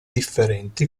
differenti